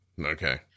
Okay